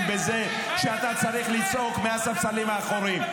בזה שאתה צריך לצעוק מהספסלים האחוריים.